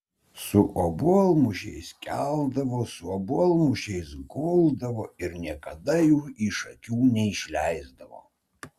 su obuolmušiais keldavo su obuolmušiais guldavo ir niekada jų iš akių neišleisdavo